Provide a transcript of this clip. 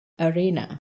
arena